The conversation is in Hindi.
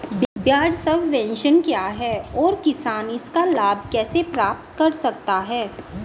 ब्याज सबवेंशन क्या है और किसान इसका लाभ कैसे प्राप्त कर सकता है?